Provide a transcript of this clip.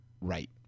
right